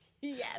Yes